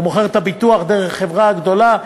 הוא מוכר את הביטוח דרך החברה הגדולה,